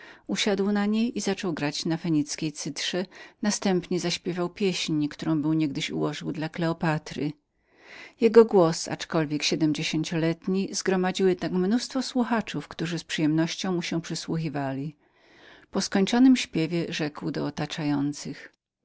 usiadł na niej i zaczął grać na fenicyjskiej cytrze następnie zaśpiewał jedną pieścićpieśń którą był niegdyś ułożył dla kleopatry jego głos aczkolwiek siedmdziesięcioletni zgromadził jednak mnóstwo słuchaczów którzy z przyjemnością mu się przysłuchiwali po skończonym śpiewie rzekł do otaczających